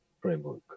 framework